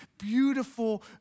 beautiful